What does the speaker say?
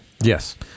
Yes